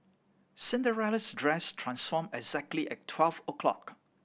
Cinderella's dress transformed exactly at twelve o'clock